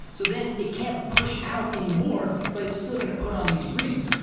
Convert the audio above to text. so then it can't push out any more, but it's still gonna put on these rings.